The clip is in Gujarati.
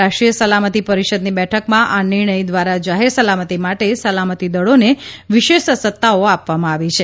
રાષ્ટ્રિય સલામતિ પરિષદની બેઠકમાં આ નિર્ણય દ્વારા જાહેર સલામતિ માટે સલામતિદળોને વિશેષ સત્તાઓ આપવામાં આવી છે